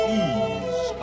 ease